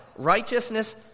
Righteousness